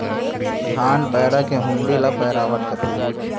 धान पैरा के हुंडी ल पैरावट कथें